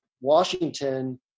Washington